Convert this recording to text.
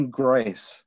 grace